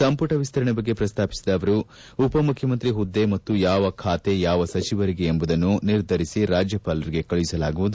ಸಂಪುಟ ವಿಸ್ತರಣೆ ಬಗ್ಗೆ ಪ್ರಸ್ತಾಪಿಸಿದ ಅವರು ಉಪ ಮುಖ್ಯಮಂತ್ರಿ ಹುದ್ದೆ ಮತ್ತು ಯಾವ ಖಾತೆ ಯಾವ ಸಚಿವರಿಗೆ ಎಂಬುದನ್ನು ನಿರ್ಧರಿಸಿ ರಾಜ್ಯಪಾಲರಿಗೆ ಕಳುಹಿಸಲಾಗುವುದು